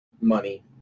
money